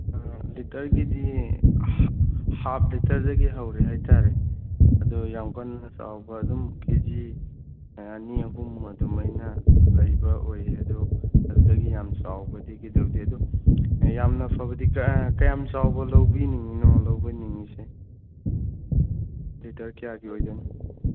ꯂꯤꯇꯒꯤꯗꯤ ꯍꯥꯞ ꯂꯤꯇꯔꯗꯒꯤ ꯍꯧꯔꯦ ꯍꯥꯏ ꯇꯥꯔꯦ ꯑꯗꯨ ꯌꯥꯝ ꯀꯟꯅ ꯆꯥꯎꯕ ꯑꯗꯨꯝ ꯀꯦ ꯖꯤ ꯑꯅꯤ ꯑꯍꯨꯝ ꯑꯗꯨꯃꯥꯏꯅ ꯂꯩꯕ ꯑꯣꯏꯌꯦ ꯑꯗꯣ ꯑꯗꯨꯗꯒꯤ ꯌꯥꯝ ꯆꯥꯎꯕꯗꯤ ꯀꯩꯗꯧꯗꯦ ꯑꯗꯨ ꯌꯥꯝꯅ ꯐꯕꯗꯤ ꯀꯌꯥꯝ ꯆꯥꯎꯕ ꯂꯧꯕꯤꯅꯤꯡꯏꯅꯣ ꯂꯧꯕꯅꯤꯡꯏꯁꯦ ꯂꯤꯇꯔ ꯀꯌꯥꯒꯤ ꯑꯣꯏꯗꯣꯏꯅꯣ